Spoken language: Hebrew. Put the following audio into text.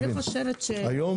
היום